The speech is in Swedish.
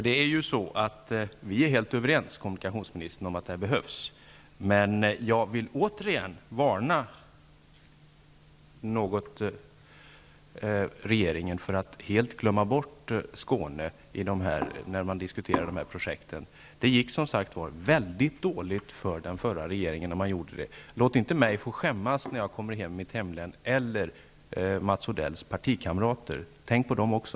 Vi är ju, kommunikationsministern, helt överens om att dessa satsningar behövs, men jag vill återigen varna regeringen för att helt glömma bort Skåne när man diskuterar de här projekten. Det gick som sagt väldigt dåligt för den förra regeringen när man gjorde det. Låt inte mig få skämmas när jag kommer hem till mitt hemlän. Mats Odell bör heller inte låta sina partikamrater skämmas. Tänk på dem också!